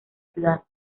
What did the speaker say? ciudad